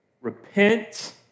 Repent